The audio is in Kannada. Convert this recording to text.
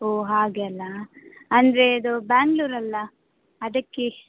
ಓಹ್ ಹಾಗೆಲ್ಲ ಅಂದ್ರೆ ಇದು ಬೆಂಗ್ಳೂರಲ್ಲ ಅದಕ್ಕೆ